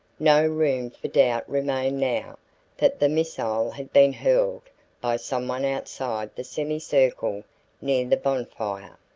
no room for doubt remained now that the missile had been hurled by someone outside the semicircle near the bonfire.